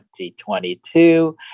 2022